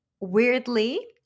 weirdly